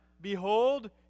Behold